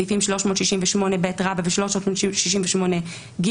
סעיפים 368ב ו-368ג.